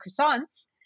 croissants